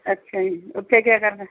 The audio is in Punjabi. ਅੱਛਾ ਜੀ ਉੱਥੇ ਕਿਆ ਕਰਨਾ